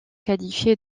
qualifié